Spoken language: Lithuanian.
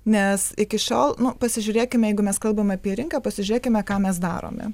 nes iki šiol nu pasižiūrėkime jeigu mes kalbame apie rinką pasižiūrėkime ką mes darome